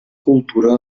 cultura